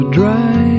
dry